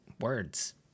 words